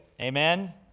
amen